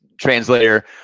translator